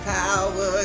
power